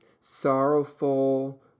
sorrowful